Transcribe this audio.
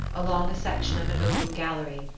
along a section of an open gallery,